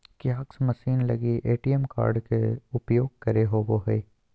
kiosk machine लगी ATM card के उपयोग करे होबो हइ